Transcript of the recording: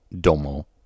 Domo